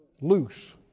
Loose